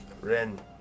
Ren